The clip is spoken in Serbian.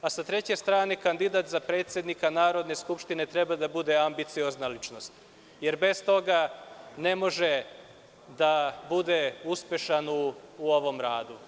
Sa treće strane, kandidat za predsednika Narodne skupštine treba da bude ambiciozna ličnost, jer bez toga ne može da bude uspešan u ovom radu.